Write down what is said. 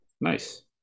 Nice